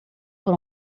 por